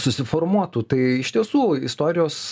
susiformuotų tai iš tiesų istorijos